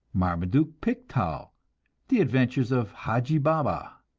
marmaduke pickthall the adventures of hadji baba.